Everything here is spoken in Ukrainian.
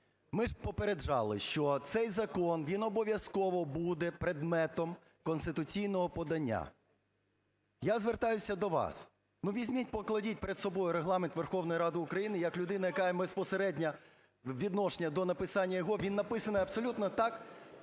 ми ж попереджали, що цей закон він обов'язково буде предметом конституційного подання. Я звертаюся до вас. Ну, візьміть, покладіть перед собою Регламент Верховної Ради України як людина, яка має безпосереднє відношення до написання його, він написаний абсолютно так,